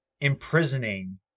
imprisoning